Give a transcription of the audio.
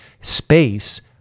space